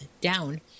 down